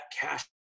cash